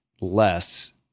less